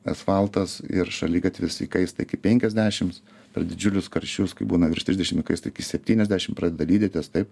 esfaltas ir šaligatvis įkaista iki penkiasdešims per didžiulius karščius kai būna virš trisdešim įkaista iki septyniasdešim pradeda lydytis taip